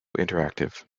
interactive